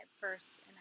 first